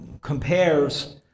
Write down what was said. compares